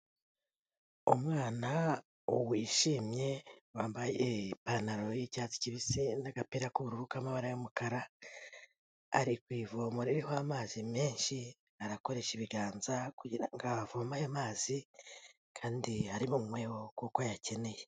Umwana wishimye, wambaye ipantaro y'icyatsi kibisi n'agapira k'ubururu k'amabara y'umukara, ari ku ivoma ririho amazi menshi, arakoresha ibiganza kugira ngo avome ayo amazi, kandi ari bunyweho, kuko ayakeneye.